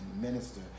Minister